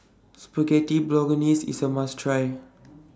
Spaghetti Bolognese IS A must Try